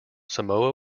samoa